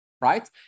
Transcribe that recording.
right